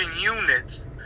units